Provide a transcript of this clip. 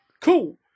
cool